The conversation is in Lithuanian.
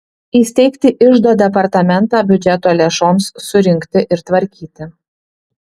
įsteigti iždo departamentą biudžeto lėšoms surinkti ir tvarkyti